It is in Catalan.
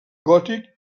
gòtic